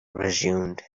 resumed